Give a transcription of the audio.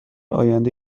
آینده